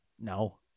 No